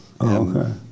Okay